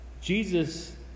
Jesus